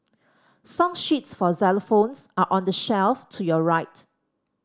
song sheets for xylophones are on the shelf to your right